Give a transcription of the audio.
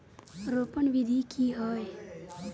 रोपण विधि की होय?